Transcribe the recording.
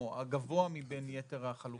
או ילדים שזקוקים לטיפול רפואי,